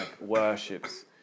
worships